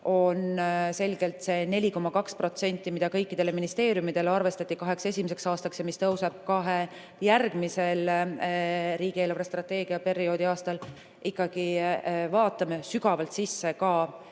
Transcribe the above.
selgelt see 4,2%, mis kõikidele ministeeriumidele arvestati kaheks esimeseks aastaks ja mis kahel järgmisel riigi eelarvestrateegia perioodi aastal tõuseb. Me ikkagi vaatame sügavalt sisse